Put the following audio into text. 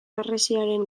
harresiaren